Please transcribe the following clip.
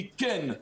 כי כן,